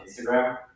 instagram